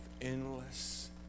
endless